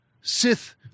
Sith